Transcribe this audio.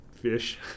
fish